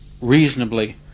reasonably